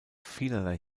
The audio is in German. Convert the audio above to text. vielerlei